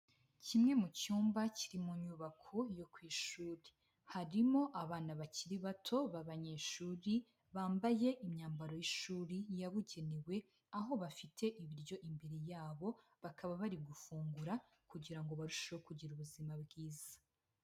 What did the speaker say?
Kimwe mu cyumba kiri mu nyubako yo ku ishuri, harimo abana bakiri bato b'abanyeshuri bambaye imyambaro y'ishuri yabugenewe, aho bafite ibiryo imbere yabo, bakaba bari gufungura kugira ngo barusheho kugira ubuzima bwiza.